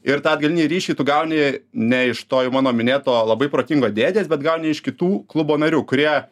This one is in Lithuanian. ir tą atgalinį ryšį tu gauni ne iš to jau mano minėto labai protingo dėdės bet gauni iš kitų klubo narių kurie